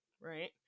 Right